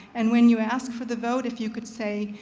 and when you ask for the vote, if you could say,